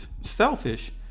selfish